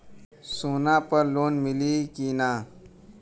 सोना पर लोन मिली की ना?